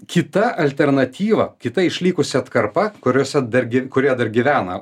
kita alternatyva kita išlikusi atkarpa kuriose dar kurioje dar gyvena